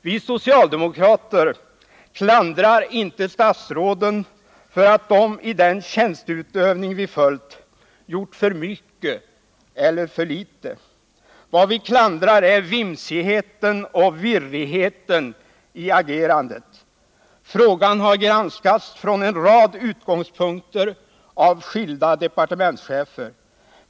Vi socialdemokrater klandrar inte statsråden för att de i den tjänsteutövning vi granskat gjort för mycket eller för litet. Vad vi klandrar är vimsigheten och virrigheten i agerandet. Frågan har behandlats från en rad utgångspunkter av skilda departementschefer.